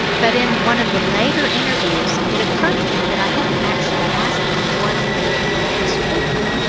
but in one of the later interviews it occurred to me that i hadn't actually asked them what therapy was for,